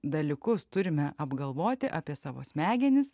dalykus turime apgalvoti apie savo smegenis